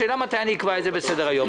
השאלה מתי אקבע את זה בסדר היום.